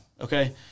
Okay